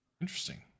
Interesting